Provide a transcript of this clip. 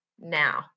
now